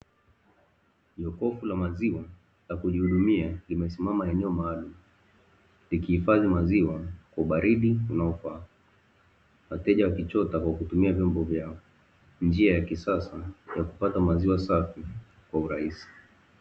Jokofu la maziwa la kujihudumia limesimama eneo maalumu likihifadhi maziwa kwa ubaridi unaofaa. Wateja wakichota kwa kutumia vyombo vyao. Njia ya kisasa ya kupata maziwa safi kwa urahisi.